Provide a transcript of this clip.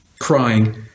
crying